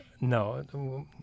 no